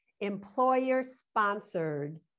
employer-sponsored